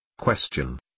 Question